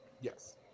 yes